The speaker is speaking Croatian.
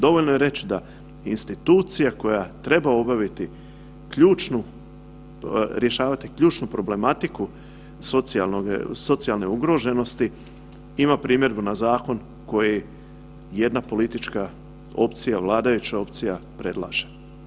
Dovoljno je reći da institucija koja treba obaviti ključnu, rješavati ključnu problematiku socijalne ugroženosti, ima primjedbu na zakon koji jedna politička opcija, vladajuća opcija predlaže.